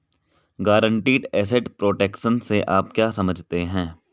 Guaranteed asset protection से आप क्या समझते हैं?